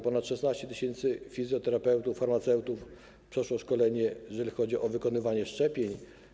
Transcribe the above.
Ponad 16 tys. fizjoterapeutów i farmaceutów przeszło szkolenie, jeżeli chodzi o wykonywanie szczepień.